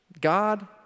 God